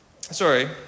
Sorry